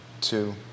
two